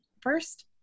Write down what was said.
first